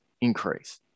increase